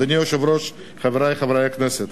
אדוני היושב-ראש, חברי חברי הכנסת,